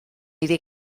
iddi